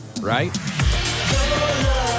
Right